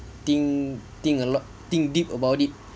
dig dig dig dig about it